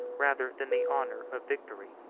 rather than the honor, of victory.